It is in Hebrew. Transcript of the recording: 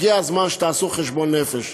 הגיע הזמן שתעשו חשבון נפש.